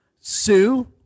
Sue